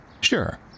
sure